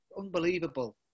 Unbelievable